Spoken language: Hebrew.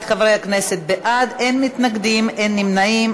51 חברי כנסת בעד, אין מתנגדים, אין נמנעים.